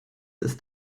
ist